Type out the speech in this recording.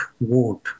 vote